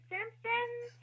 Simpsons